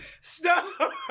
Stop